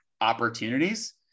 opportunities